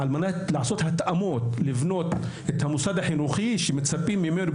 על מנת לעשות התאמות ולבנות את המוסד החינוכי שמצפים מאיתנו.